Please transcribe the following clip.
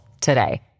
today